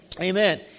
Amen